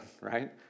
right